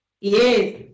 Yes